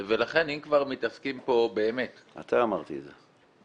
לכן אם כבר מתעסקים פה באמת --- מתי אמרתי את זה?